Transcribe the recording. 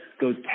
goes